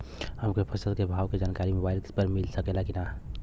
हमके फसल के भाव के जानकारी मोबाइल पर मिल सकेला की ना?